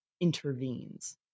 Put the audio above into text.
intervenes